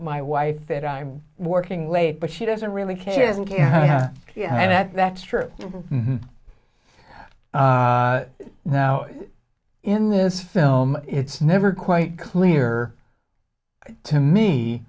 my wife that i'm working late but she doesn't really care isn't yeah yeah and that that's true now in this film it's never quite clear to me